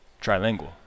Trilingual